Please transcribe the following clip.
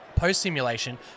post-simulation